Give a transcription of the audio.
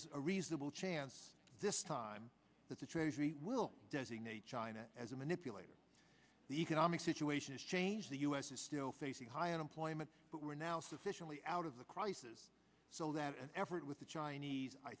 is a reasonable chance this time that the treasury will designate china as a manipulator the economic situation has changed the us is still facing high unemployment but we're now sufficiently out of the crisis so that an effort with the chinese i